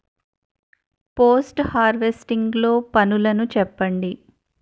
Post harvesting లో పనులను చెప్పండి?